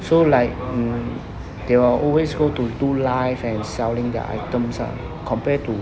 so like mm they will always go to do live and selling their items ah compare to